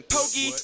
Pokey